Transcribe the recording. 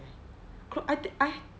chl~ I th~ I